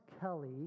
Kelly